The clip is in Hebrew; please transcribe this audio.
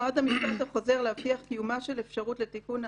נועד המשפט החוזר להבטיח קיומה של אפשרות לתיקון העוול,